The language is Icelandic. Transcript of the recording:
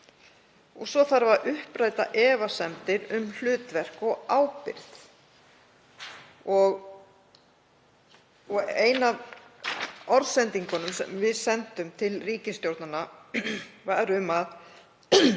þá. Svo þarf að uppræta efasemdir um hlutverk og ábyrgð. Ein af orðsendingunum sem við sendum til ríkisstjórnanna var að